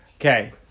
Okay